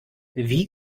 wie